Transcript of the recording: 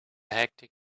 hectic